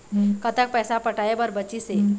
कतक पैसा पटाए बर बचीस हे?